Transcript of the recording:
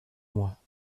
moi